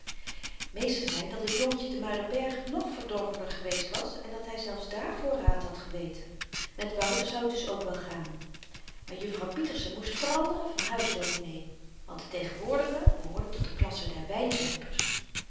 meester zei dat het jongetje te muiderberg nog verdorvener geweest was en dat hy zelfs dààrvoor raad had geweten met wouter zou t dus ook wel gaan maar juffrouw pieterse moest veranderen van huisdominee want de tegenwoordige behoorde tot de klasse der